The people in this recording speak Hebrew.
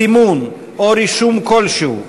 סימון או רישום כלשהו,